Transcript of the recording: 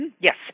Yes